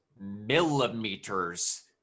millimeters